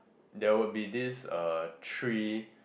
there would be this uh tree